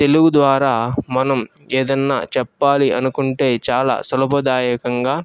తెలుగు ద్వారా మనం ఏదన్నా చెప్పాలి అనుకుంటే చాలా సులభదాయకంగా